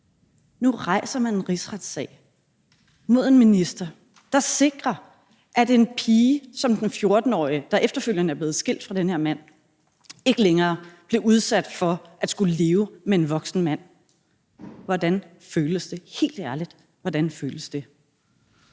Nu rejser man en rigsretssag mod en minister, der sikrede, at en pige som den 14-årige, der efterfølgende er blevet skilt fra den her mand, ikke længere blev udsat for at skulle leve med en voksen mand. Hvordan føles det? Helt ærligt, hvordan føles det?